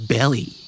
Belly